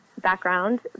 background